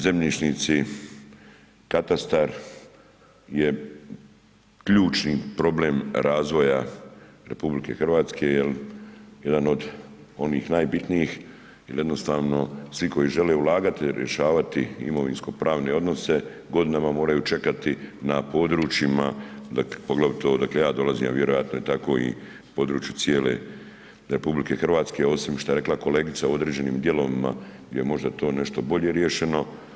Zemljišnici, katastar je ključni problem razvoja RH jer jedan od onih najbitnijih, jer jednostavno svi koji žele ulagati i rješavati imovinsko-pravne odnose, godinama moraju čekati na područjima, dakle, poglavito odakle ja dolazim, a vjerojatno je tako na području cijele RH, osim što je rekla kolegice u određenim dijelovima gdje je možda to nešto bolje riješeno.